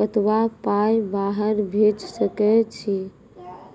कतबा पाय बाहर भेज सकैत छी?